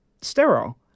sterile